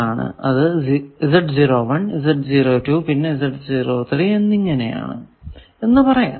അത് പിന്നെ എന്നിങ്ങനെ ആണ് എന്ന് പറയാം